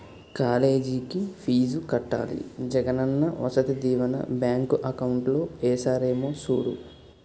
కాలేజికి ఫీజు కట్టాలి Jagananna Vasathi Deevena bank account లో ఏసారేమో సూడు